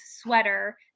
sweater